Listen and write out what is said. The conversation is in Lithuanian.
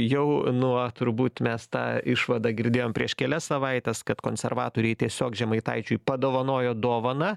jau nuo turbūt mes tą išvadą girdėjom prieš kelias savaites kad konservatoriai tiesiog žemaitaičiui padovanojo dovaną